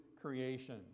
creation